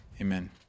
Amen